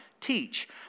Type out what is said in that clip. teach